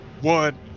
one